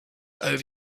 over